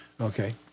Okay